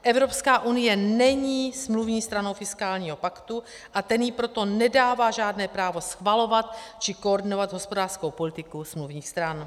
Evropská unie není smluvní stranou fiskálního paktu, a ten jí proto nedává žádné právo schvalovat či koordinovat hospodářskou politiku smluvních stran.